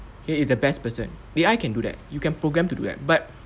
here is the best person A_I can do that you can programme to do that but